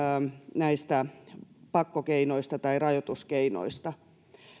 näistä pakkokeinoista tai rajoituskeinoista